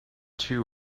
two